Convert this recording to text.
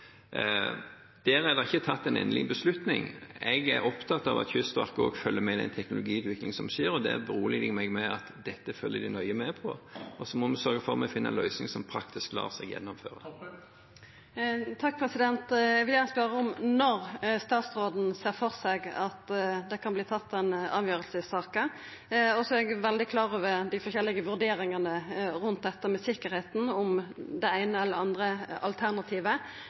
Der er det ikke tatt en endelig beslutning. Jeg er opptatt av at Kystverket følger med på den teknologiutviklingen som skjer. Jeg beroliger meg med at de følger nøye med på dette, og så må vi sørge for at vi finner en løsning som praktisk lar seg gjennomføre. Eg vil gjerne spørja om når statsråden ser for seg at ein kan ta ei avgjerd i saka. Eg er veldig klar over dei forskjellige vurderingane rundt dette med sikkerheita ved det eine eller andre alternativet.